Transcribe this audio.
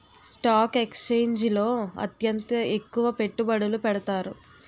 stock ఎక్స్చేంజిల్లో అత్యంత ఎక్కువ పెట్టుబడులు పెడతారు